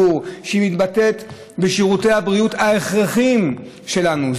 לציבור שמתבטאת בשירותי הבריאות ההכרחיים שלנו.